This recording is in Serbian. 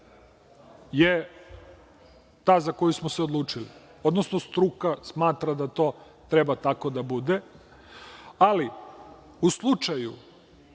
je ta za koju smo se odlučili, odnosno struka smatra da to treba tako da bude, ali u slučaju,